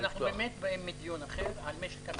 אנחנו באמת באים מדיון אחר על משק המדינה.